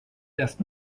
das